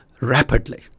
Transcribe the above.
rapidly